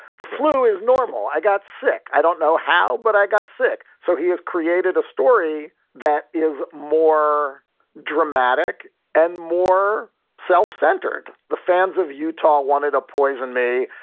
the flu is normal. i got sick. i don't know how, but i got sick. so he has created a story that is more dramatic and more self-centered. the fans of utah wanted to poison me.